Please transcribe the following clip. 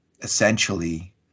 essentially